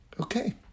Okay